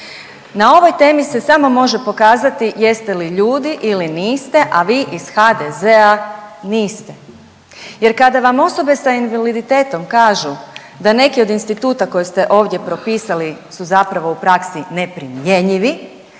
Na ovoj temi se samo može pokazati jeste li ljudi ili niste, a vi iz HDZ-a niste jer kada vam osobe sa invaliditetom kažu da neke od instituta koje ste ovdje propisali su zapravo u praksi neprimjenjivi